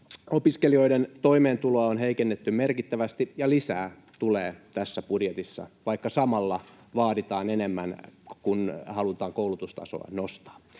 Opiskelijoiden toimeentuloa on heikennetty merkittävästi, ja lisää tulee tässä budjetissa, vaikka samalla vaaditaan enemmän, kun halutaan koulutustasoa nostaa.